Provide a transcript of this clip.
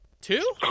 Two